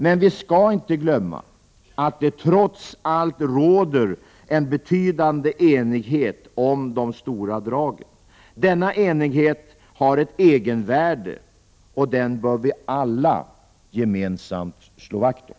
Men vi skall inte glömma att det trots allt råder en betydande enighet om de stora dragen. Denna enighet har ett egenvärde och den bör vi alla gemensamt slå vakt om.